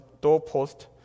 doorpost